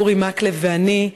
אורי מקלב ואני,